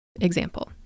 example